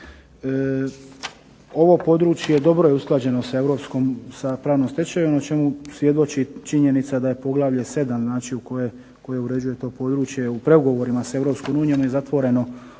Ovo područje dobro je usklađeno sa pravnom stečevinom o čemu svjedoči činjenica da je poglavlje 7 koje uređuje to područje u pregovorima sa EU je zatvoreno